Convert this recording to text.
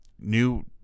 new